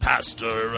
Pastor